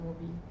movie